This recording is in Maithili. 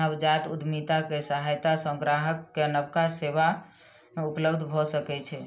नवजात उद्यमिता के सहायता सॅ ग्राहक के नबका सेवा उपलब्ध भ सकै छै